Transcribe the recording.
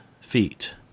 feet